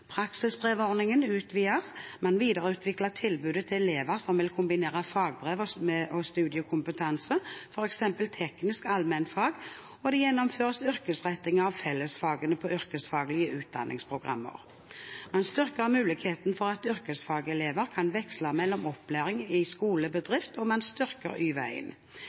Praksisbrevordningen utvides, man videreutvikler tilbudet til elever som vil kombinere fagbrev og studiekompetanse, f.eks. tekniske allmennfag, det gjennomføres yrkesretting av fellesfagene på yrkesfaglige utdanningsprogrammer, man styrker muligheten for at yrkesfagelever kan veksle mellom opplæring i skole og bedrift, og man styrker